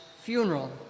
funeral